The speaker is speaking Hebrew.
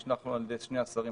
אנחנו נשלחנו על ידי שני השרים,